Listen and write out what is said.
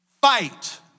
Fight